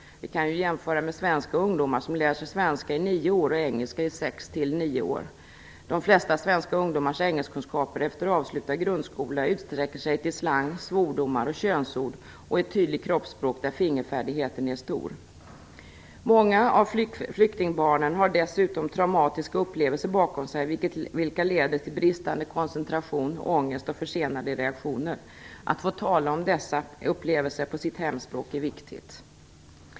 Vi kan ju jämföra med svenska ungdomar som läser svenska i nio år och engelska i sex till nio år. De flesta svenska ungdomars engelskkunskaper efter avslutad grundskola utsträcker sig till slang, svordomar och könsord och ett tydligt kroppsspråk där fingerfärdigheten är stor. Många av flyktingbarnen har dessutom traumatiska upplevelser bakom sig, vilket leder till bristande koncentration, ångest och försenade reaktioner. Att man får tala om dessa upplevelser på sitt hemspråk är viktigt.